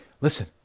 listen